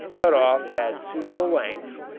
cut off at suitable lengths,